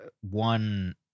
one